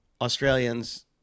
Australians